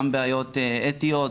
גם בעיות אתיות,